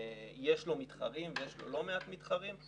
יש לו מתחרים ויש לו לא מעט מתחרים.